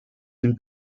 d’une